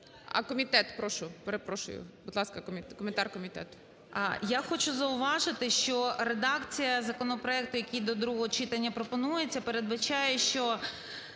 Комітет, прошу. Перепрошую, будь ласка, коментар комітету. 13:29:26 ПТАШНИК В.Ю. Я хочу зауважити, що редакція законопроекту, який до другого читання пропонується, передбачає, що